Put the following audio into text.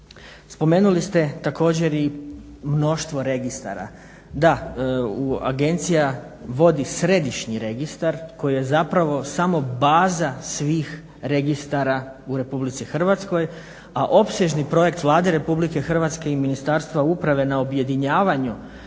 Spomenuli ste također i mnoštvo registara, da u agencija vodi središnji registar koji je zapravo samo baza svih registara u Republici Hrvatskoj, a opsežni projekt Vlade Republike Hrvatske i Ministarstva uprave na objedinjavanju